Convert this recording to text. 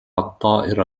الطائرة